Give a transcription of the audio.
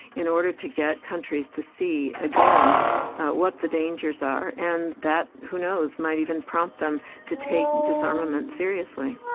in order to get countries to see again what the dangers are and that, who knows, might even prompt them to take disarmament seriously.